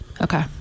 okay